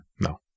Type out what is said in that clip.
No